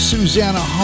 Susanna